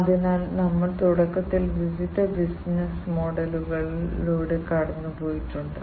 ഞാൻ ചെയ്തത് ഉപയോഗിക്കാവുന്ന ഈ വ്യത്യസ്ത തരം ഇൻഡസ്ട്രി സ്കെയിൽ സെൻസറുകൾ ഞാൻ നിങ്ങൾക്ക് കാണിച്ചുതന്നതാണ്